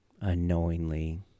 unknowingly